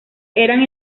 eran